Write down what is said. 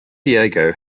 diego